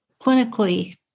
clinically